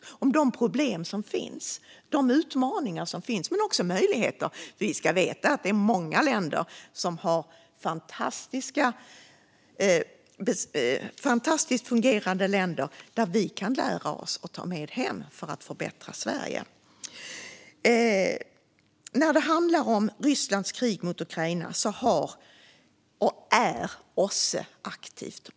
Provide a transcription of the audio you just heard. Det gäller de problem som finns, de utmaningar som finns men också de möjligheter som finns. Vi ska veta att det är många fantastiskt fungerande länder där vi kan lära oss och ta med kunskap hem för att förbättra Sverige. När det handlar om Rysslands krig mot Ukraina har OSSE varit och är aktivt.